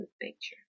picture